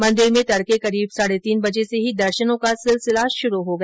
मंदिर में तड़के करीब साढ़े तीन बजे से ही दर्शनों का सिलिसला शुरु हो गया